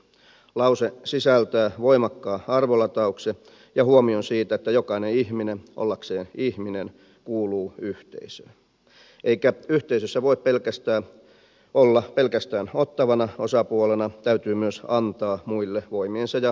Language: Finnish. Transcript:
lause sisältää voimakkaan arvolatauksen ja huomion siitä että jokainen ihminen ollakseen ihminen kuuluu yhteisöön eikä yhteisössä voi olla pelkästään ottavana osapuolena täytyy myös antaa muille voimiensa ja kykyjensä mukaan